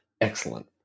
Excellent